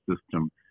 system